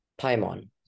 Paimon